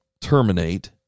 terminate